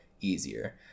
easier